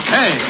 Hey